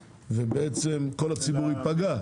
ובעצם כל הציבור ייפגע.